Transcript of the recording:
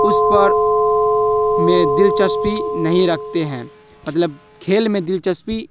اس پر میں دلچسپی نہیں رکھتے ہیں مطلب کھیل میں دلچسپی